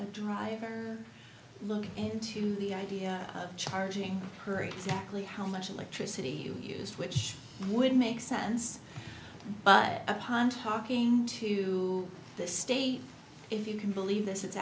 i'm driving look into the idea of charging her exactly how much electricity you use which would make sense but upon talking to the state if you can believe this it's